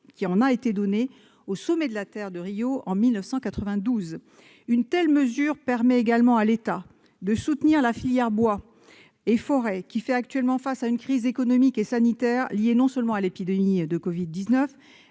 qui en a été donnée au Sommet de la Terre, à Rio, en 1992. Une telle mesure permet également à l'État de soutenir la filière bois et forêts, qui fait actuellement face à une crise économique et sanitaire, liée non seulement à l'épidémie de covid-19,